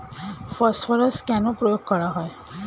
Phosphorus কেন প্রয়োগ করা হয়?